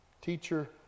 Teacher